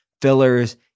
fillers